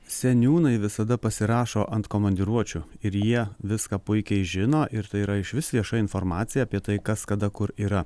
seniūnai visada pasirašo ant komandiruočių ir jie viską puikiai žino ir tai yra išvis vieša informacija apie tai kas kada kur yra